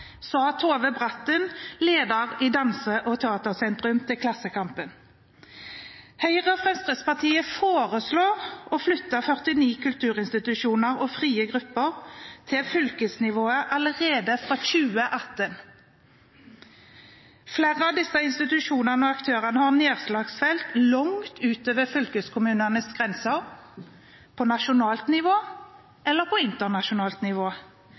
sa Tove Bratten, leder i Danse- og teatersentrum til Klassekampen. Høyre og Fremskrittspartiet foreslår å flytte 49 kulturinstitusjoner og frie grupper til fylkesnivå allerede fra 2018. Flere av disse institusjonene og aktørene har nedslagsfelt langt utover fylkeskommunens grenser, på nasjonalt nivå eller på internasjonalt nivå,